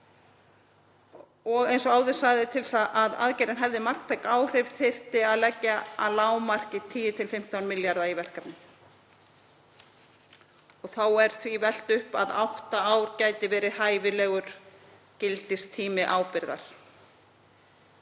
Og eins og áður sagði: Til þess að aðgerðin hefði marktæk áhrif þyrfti að leggja að lágmarki 10–15 milljarða í verkefnið. Þá er því velt upp að átta ár gæti verið hæfilegur gildistími ábyrgðar.